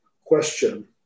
question